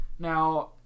Now